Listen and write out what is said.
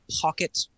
pocket